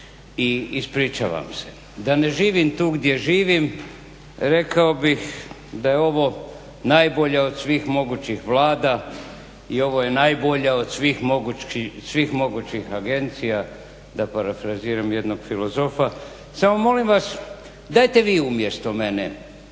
i ispričavam se. Da ne živim tu gdje živim rekao bih da je ovo najbolja od svih mogućih Vlada i ovo je najbolja od svih mogućih agencija, da parafraziram jednog filozofa. Samo molim vas dajte vi umjesto mene